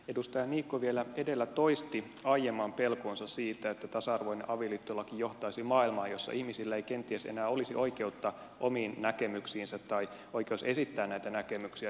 edustaja niikko vielä edellä toisti aiemman pelkonsa siitä että tasa arvoinen avioliittolaki johtaisi maailmaan jossa ihmisillä ei kenties enää olisi oikeutta omiin näkemyksiinsä tai oikeutta esittää näitä näkemyksiä julkisesti